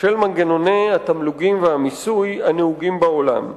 של מנגנוני התמלוגים והמיסוי הנהוגים בעולם.